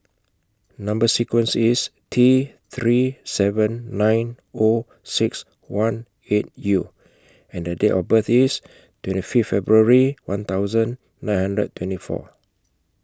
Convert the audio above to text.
Number sequence IS T three seven nine O six one eight U and The Date of birth IS twenty Fifth February one thousand nine hundred twenty four